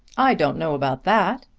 i don't know about that,